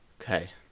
Okay